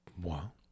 Wow